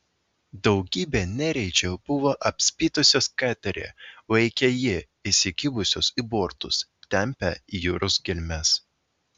daugybė nereidžių buvo apspitusios katerį laikė jį įsikibusios į bortus tempė į jūros gelmes